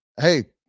Hey